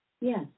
Yes